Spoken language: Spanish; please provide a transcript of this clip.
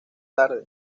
tarde